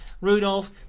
Rudolph